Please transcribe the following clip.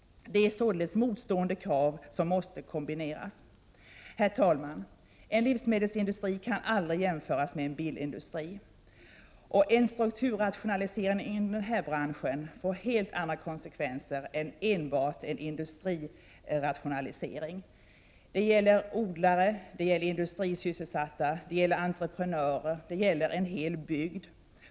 Det är således motstående krav som måste kombineras. Herr talman! En livsmedelsindustri kan aldrig jämföras med en bilindustri. En strukturrationalisering i den här branschen får helt andra konsekvenser än som skulle bli fallet vid enbart industrirationalisering. Det gäller odlare och industrisysselsatta, det gäller entreprenörer, ja, det gäller en hel bygd.